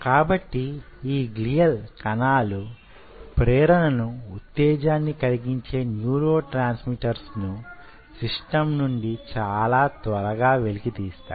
కాబట్టి యీ గ్లియల్ కణాలు ప్రేరణను వుత్తేజాన్ని కలిగించే న్యూరో ట్రాన్స్మిటర్స్ ను సిస్టమ్ నుండి చాలా త్వరగా వెలికి తీస్తాయి